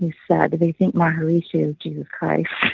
he said, they think maharishi is jesus christ.